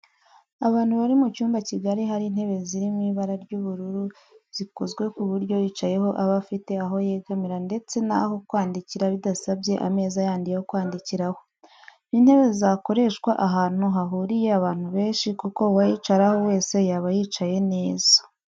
Abantu bari mu cyumba kigari hari intebe ziri mu ibara ry'ubururu zikozwe ku buryo uyicayeho aba afite aho yegamira ndetse n'aho kwandikira bidasabye ameza yandi yo kwandikiraho. Ni intebe zakoreshwa ahantu hahuriye abantu benshi kuko uwayicaraho wese yaba yicaye neza